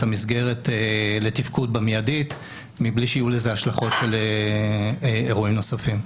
המסגרת לתפקוד במיידית מבלי שיהיו לזה השלכות של אירועים נוספים.